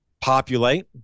Populate